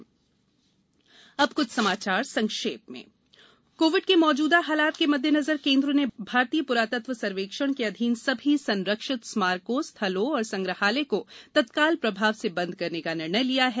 केन्द्र ऐतिहासिक स्मारक कोविड के मौजूदा हालात के मद्देनजर केन्द्र ने भारतीय प्रातत्व सर्वेक्षण के अधीन सभी संरक्षित स्मारकों स्थलों और संग्रहालय को तत्काल प्रभाव से बंद करने का निर्णय लिया है